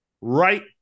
Right